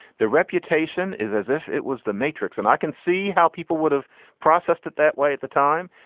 the reputation is as if it was the matrix. and i can see how people would have processed it that way at the time.